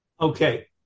Okay